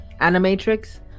Animatrix